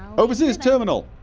overseer's terminal